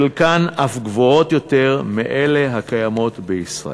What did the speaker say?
חלקם אף גבוהים יותר מאלה הקיימות בישראל,